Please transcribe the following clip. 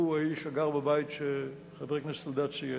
הוא האיש שגר בבית שחבר הכנסת אלדד ציין,